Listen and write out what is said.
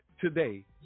today